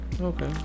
Okay